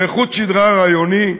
לחוט-שדרה רעיוני,